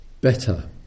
better